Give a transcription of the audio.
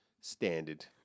Standard